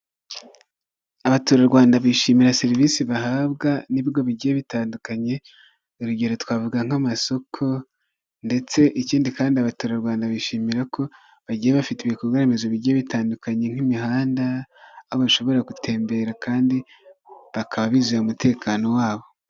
Abaturarwanda bishimira serivisi bahabwa n'ibigo bigiye bitandukanye, urugero twavuga nk'amasoko ndetse ikindi kandi abaturarwanda bishimira ko bagiye bafite ibikorwa remezo bigiye bitandukanye nk'imihanda, aho bashobora gutembera kandi bakaba bizeye umutekano wabo.